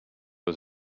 was